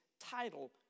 title